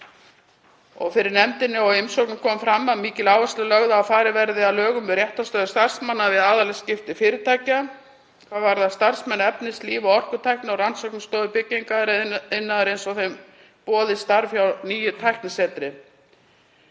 Fyrir nefndinni og í umsögnum kom fram að mikil áhersla er lögð á að farið verði að lögum um réttarstöðu starfsmanna við aðilaskipti að fyrirtækjum hvað varðar starfsmenn Efnis-, líf- og orkutækni og Rannsóknastofu byggingariðnaðarins og þeim boðið starf hjá nýju tæknisetri.